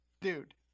dude